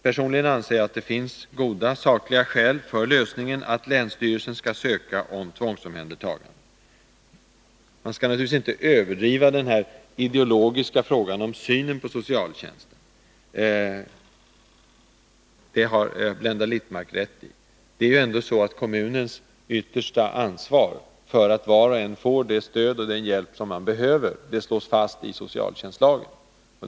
Personligen anser jag att det finns goda sakliga skäl för lösningen att länsstyrelsen skall ansöka om tvångsomhändertagande. Man skall naturligtvis inte överdriva den ideologiska frågan om synen på socialtjänsten — det har Blenda Littmarck rätt i. Kommunens yttersta ansvar för att var och en får det stöd och den hjälp som 'den behöver slås fast i socialtjänstlagen.